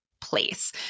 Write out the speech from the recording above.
place